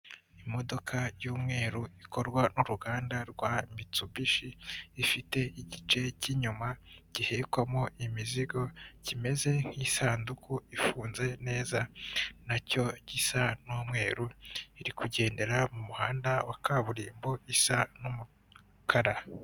Imodoka y'umweru ikorwa n'uruganda rwa mitsubishi ifite igice cy'inyuma gibikwamo imizigo kimeze nk'isanduku ifunze neza nacyo gisa n'umweru, iri kugendera mu muhanda wa kaburimbo isa n'umukara.